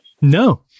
no